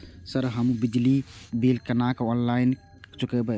Sir हमू बिजली bill केना ऑनलाईन चुकेबे?